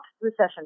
recession